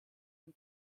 dem